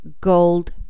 gold